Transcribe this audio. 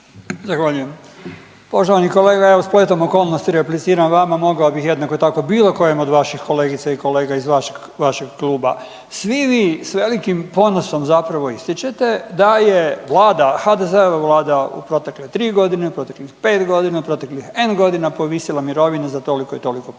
Zahvaljujem. Poštovani kolega, ja spletom okolnosti repliciram vama, mogao bih jednako tako bilo kojem od vaših kolegica i kolega iz vašeg, vašeg kluba. Svi vi s velikim ponosom zapravo ističete da je vlada, HDZ-ova vlada u protekle 3.g., u proteklih 5.g., proteklih N godina povisila mirovine za toliko i toliko posto.